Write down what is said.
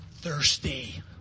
thirsty